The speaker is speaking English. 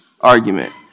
argument